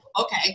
okay